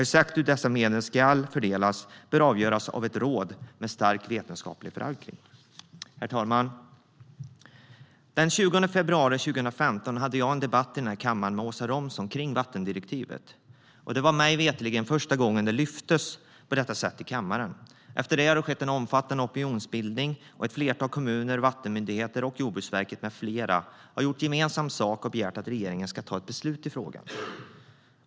Exakt hur dessa medel ska fördelas bör avgöras av ett råd med stark vetenskaplig förankring. Herr talman! Den 20 februari 2015 hade jag en debatt i kammaren med Åsa Romson om vattendirektivet. Det var mig veterligen första gången det lyftes fram på detta sätt i kammaren. Efter det har det skett en omfattande opinionsbildning, och ett flertal kommuner, vattenmyndigheter och Jordbruksverket med flera har gjort gemensam sak och begärt att regeringen ska fatta ett beslut i frågan.